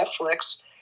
Netflix